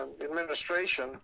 administration